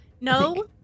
No